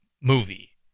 movie